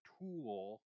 tool